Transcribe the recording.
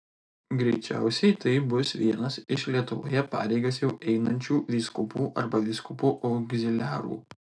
greičiausiai tai bus vienas iš lietuvoje pareigas jau einančių vyskupų arba vyskupų augziliarų